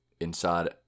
inside